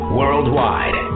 worldwide